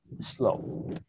slow